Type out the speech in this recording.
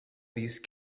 these